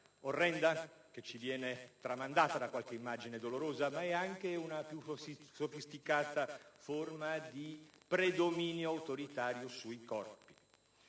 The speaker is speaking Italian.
orrenda che ci viene tramandata da qualche immagine dolorosa, ma è anche una più sofisticata forma di predominio autoritario sui corpi.